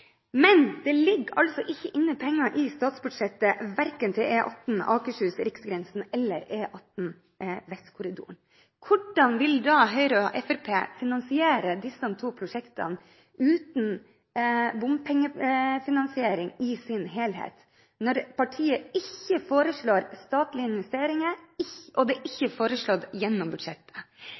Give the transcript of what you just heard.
Men det ligger altså ikke inne penger i statsbudsjettet verken til E18 Akershus–Riksgrensen eller E18 Vestkorridoren. Hvordan vil da Høyre og Fremskrittspartiet finansiere disse to prosjektene uten bompengefinansiering i sin helhet, når partiet ikke foreslår statlige investeringer og det ikke er foreslått gjennom budsjettet?